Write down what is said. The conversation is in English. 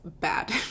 bad